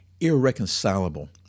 irreconcilable